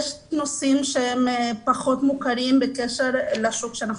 יש נושאים שהם פחות מוכרים בקשר לשוק עליו אנחנו